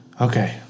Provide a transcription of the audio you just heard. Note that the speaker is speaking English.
Okay